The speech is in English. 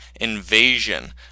invasion